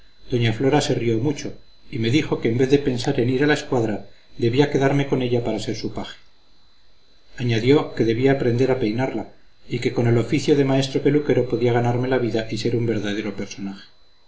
doña flora se rió mucho y me dijo que en vez de pensar en ir a la escuadra debía quedarme con ella para ser su paje añadió que debía aprender a peinarla y que con el oficio de maestro peluquero podía ganarme la vida y ser un verdadero personaje